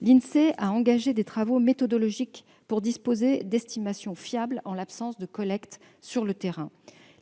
l'Insee a engagé des travaux méthodologiques pour disposer d'estimations fiables, en l'absence de collecte sur le terrain.